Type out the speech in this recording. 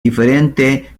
diferente